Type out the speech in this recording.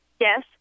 Yes